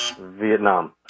Vietnam